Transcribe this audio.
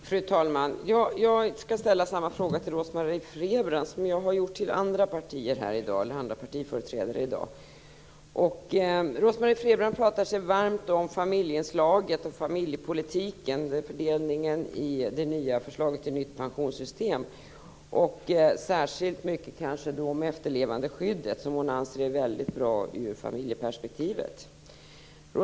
Fru talman! Jag skall ställa samma fråga till Rose Marie Frebran som till andra partiföreträdare i dag. Rose-Marie Frebran talade varmt för familjepolitiken, dvs. fördelningen i det nya förslaget till nytt pensionssystem. Särskilt talade hon om efterlevandeskyddet. Hon anser att det ur ett familjeperspektiv är särskilt bra.